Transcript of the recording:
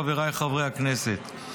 חבריי חברי הכנסת,